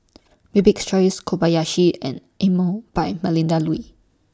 Bibik's Choice Kobayashi and Emel By Melinda Looi